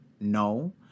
No